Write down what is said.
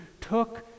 took